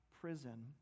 prison